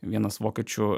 vienas vokiečių